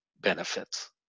benefits